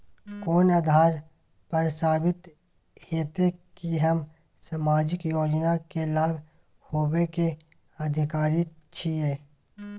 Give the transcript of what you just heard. कोन आधार पर साबित हेते की हम सामाजिक योजना के लाभ लेबे के अधिकारी छिये?